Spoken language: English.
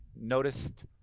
noticed